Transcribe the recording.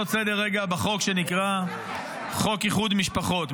לעשות סדר בחוק שנקרא חוק איחוד משפחות.